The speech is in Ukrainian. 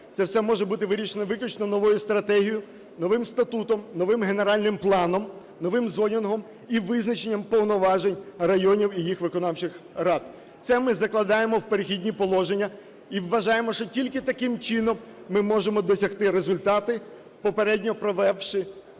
Це все може бути вирішено виключно новою стратегією, новим статутом, новим генеральним планом, новим зонінгом і визначенням повноважень районів і їх виконавчих рад. Це ми закладаємо в перехідні положення і вважаємо, що тільки таким чином ми можемо досягти результати, попередньо провівши